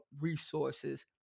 resources